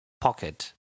pocket